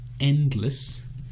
endless